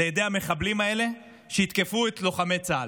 לידי המחבלים האלה, שיתקפו את לוחמי צה"ל.